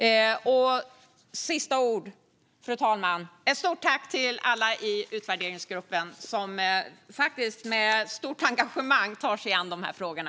Som sista ord, fru talman, vill jag rikta ett stort tack till alla i utvärderingsgruppen, som med stort engagemang tar sig an de här frågorna.